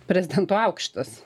prezidentu aukštas